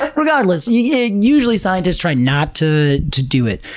ah regardless, yeah usually scientists try not to to do it,